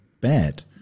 bad